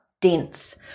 dense